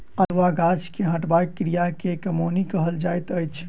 अनेरुआ गाछ के हटयबाक क्रिया के कमौनी कहल जाइत अछि